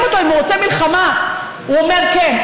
אותו אם הוא רוצה מלחמה הוא אומר "כן".